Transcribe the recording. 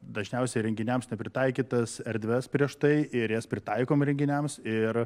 dažniausiai renginiams nepritaikytas erdves prieš tai ir jas pritaikom renginiams ir